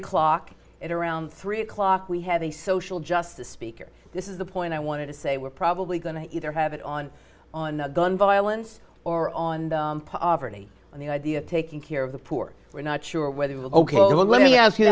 o'clock at around three o'clock we have a social justice speaker this is the point i wanted to say we're probably going to either have it on on gun violence or on poverty and the idea of taking care of the poor we're not sure whether we're ok let me ask you